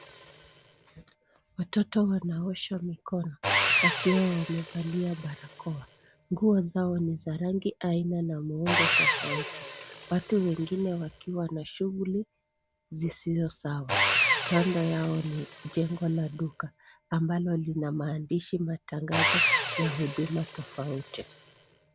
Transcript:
Watoto wanaosha mikono wakiwa wamevalia barakoa, nguo zao ni za rangi, aina na muundo tofauti. Watu wengine wakiwa na shughuli zisizo sawa. Kando yao ni jengo la duka ambalo lina maandishi matangazo ya huduma tofauti.